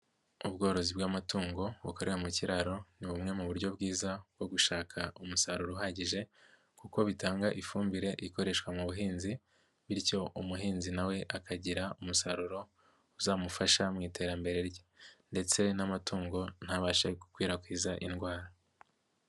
Ubworozi bw'amatungo bukorera mu kiraro, ni bumwe mu buryo bwiza bwo gushaka umusaruro uhagije kuko bitanga ifumbire ikoreshwa mu buhinzi, bityo umuhinzi na we akagira umusaruro, uzamufasha mu iterambere rye ndetse n'amatungo ntabashe gukwirakwiza indwara.